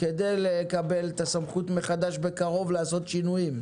כדי לקבל את הסמכות מחדש בקרוב לעשות שינויים.